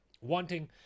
wanting